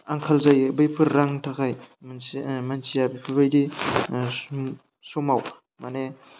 आंखाल जायो बैफोर रां थाखाय मोनसे मानसिया बेफोरबायदि सम समाव माने